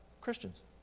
Christians